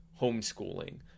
homeschooling